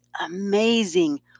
amazing